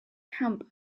camp